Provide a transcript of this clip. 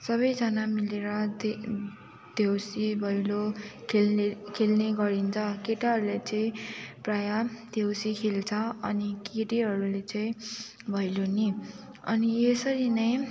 सबैजना मिलेर त्यही त्यो देउसी भैलो खेल्ने खेल्ने गरिन्छ केटाहरूले चाहिँ प्रायः त्यो देउसी खेल्छ अनि केटीहरूले चाहिँ भैलेनी अनि यसरी नै